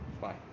bye